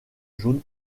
jaune